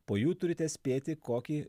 po jų turite spėti kokį